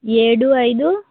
ఏడు ఐదు